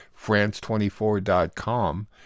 france24.com